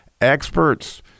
experts